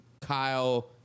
Kyle